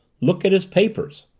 look at his papers.